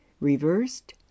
reversed